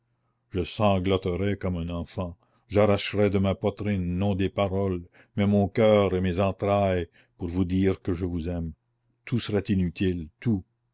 je sangloterais comme un enfant j'arracherais de ma poitrine non des paroles mais mon coeur et mes entrailles pour vous dire que je vous aime tout serait inutile tout